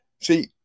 see